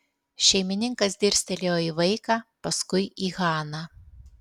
šeimininkas dirstelėjo į vaiką paskui į haną